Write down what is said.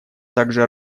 также